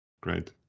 great